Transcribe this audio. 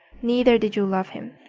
neither did you love him,